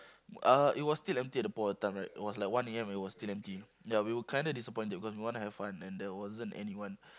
uh it was still empty at the point of time right it was like one A_M and it was still empty ya we were kind of disappointed because we want to have fun and there wasn't anyone